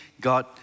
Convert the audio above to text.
God